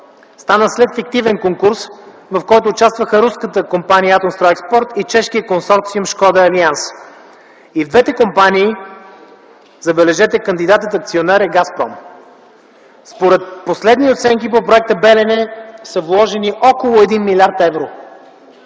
стана след фиктивен конкурс, в който участваха руската компания „Атомстройекспорт” и чешкият консорциум „Шкода алианс”. И в двете компании, забележете, кандидатът акционер е „Газпром”. Според последни оценки по проекта „Белене” са вложени около 1 млрд. евро.